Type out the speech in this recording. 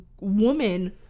woman